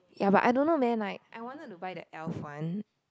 ya but I don't know man like I wanted to buy the Elf one